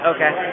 Okay